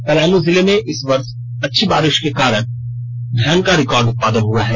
पलामु जिले में इस वर्ष अच्छी बारि के कारण धान का रिकॉर्ड उत्पादन हुआ है